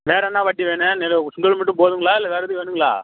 வேரு என்ன பாட்டி வேணும் நெல் சுண்டல் மட்டும் போதுங்களா இல்லை வேறு ஏதும் வேணுங்களா